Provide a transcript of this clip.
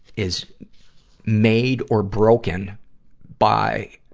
is made or broken by